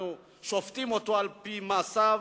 אנחנו שופטים אותו על-פי מעשיו,